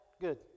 Good